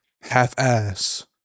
half-ass